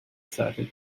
asserted